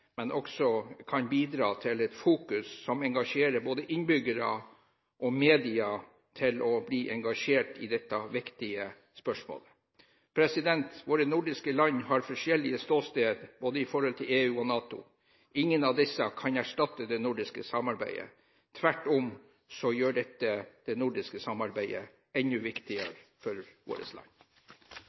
kan bidra til at både innbyggere og media blir engasjert i dette viktige spørsmålet. Våre nordiske land har forskjellige ståsteder både i forhold til EU og i forhold til NATO. Ingen av disse kan erstatte det nordiske samarbeidet. Tvert om gjør dette det nordiske samarbeidet enda viktigere for våre land.